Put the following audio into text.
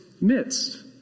midst